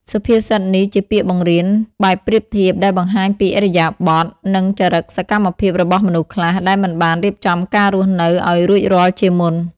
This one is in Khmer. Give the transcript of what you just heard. សុភាសិតនេះជាពាក្យបង្រៀនបែបប្រៀបធៀប ដែលបង្ហាញពីឥរិយាបថ និងចរិកសកម្មភាពរបស់មនុស្សខ្លះ ដែលមិនបានរៀបចំការរស់នៅឲ្យរួចរាល់ជាមុន។